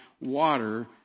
water